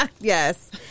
Yes